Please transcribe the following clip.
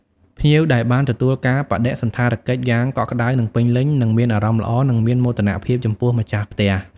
ភ្ញៀវដែលបានទទួលការបដិសណ្ឋារកិច្ចយ៉ាងកក់ក្តៅនិងពេញលេញនឹងមានអារម្មណ៍ល្អនិងមានមោទនភាពចំពោះម្ចាស់ផ្ទះ។